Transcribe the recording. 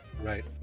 right